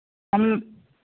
हम